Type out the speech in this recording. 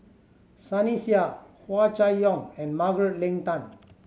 Sunny Sia Hua Chai Yong and Margaret Leng Tan